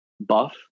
buff